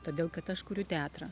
todėl kad aš kuriu teatrą